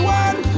one